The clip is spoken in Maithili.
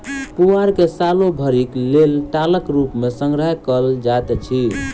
पुआर के सालो भरिक लेल टालक रूप मे संग्रह कयल जाइत अछि